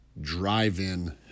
drive-in